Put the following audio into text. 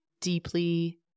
deeply